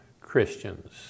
Christians